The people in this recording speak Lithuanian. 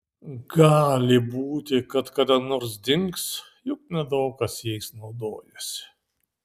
gali būti kad kada nors dings juk nedaug kas jais naudojasi